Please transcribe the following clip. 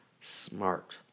Smart